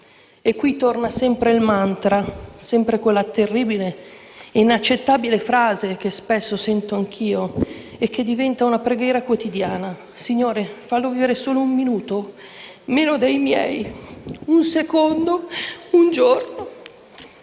e qui torna sempre il mantra, sempre quella terribile e inaccettabile frase che spesso sento anch'io e che diventa una preghiera quotidiana: "Signore, fallo vivere solo un minuto meno dei miei, un secondo, un giorno".